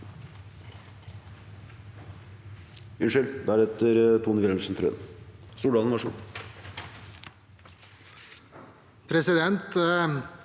Presidenten